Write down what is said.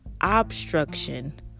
Obstruction